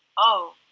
oh.